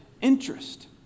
interest